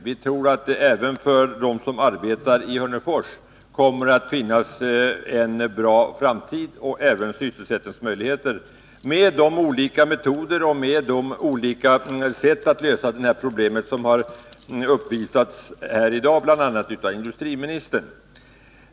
Vi tror att det även för dem som arbetar i Hörnefors kommer att finnas en bra framtid och sysselsättningsmöjligheter, med de olika metoder för att lösa problemen som har redovisats här i dag bl.a. av industriministern.